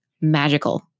magical